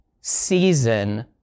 season